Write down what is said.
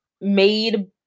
made